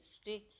sticks